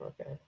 Okay